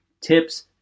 tips